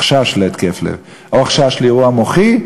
חשש להתקף לב או חשש לאירוע מוחי,